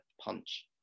punch